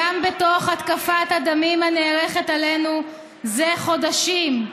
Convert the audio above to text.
גם בתוך התקפת הדמים הנערכת עלינו זה חדשים,